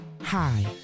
Hi